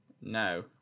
No